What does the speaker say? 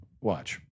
Watch